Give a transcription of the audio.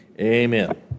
amen